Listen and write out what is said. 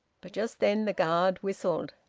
but just then the guard whistled.